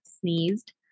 Sneezed